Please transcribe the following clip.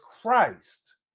christ